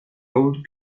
old